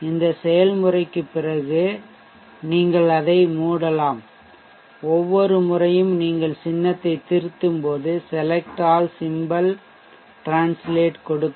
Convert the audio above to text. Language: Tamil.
இந்த செயல்முறைக்குப் பிறகு நீங்கள் அதை மூடலாம் ஒவ்வொரு முறையும் நீங்கள் சின்னத்தைத் திருத்தும் போதும் select all symbol translate கொடுக்கவும்